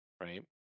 right